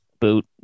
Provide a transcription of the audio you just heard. boot